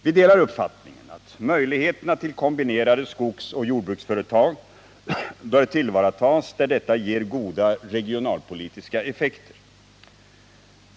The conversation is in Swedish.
Vi delar uppfattningen att möjligheterna till kombinerade skogsoch jordbruksföretag bör tillvaratas där detta ger goda regionalpolitiska effekter.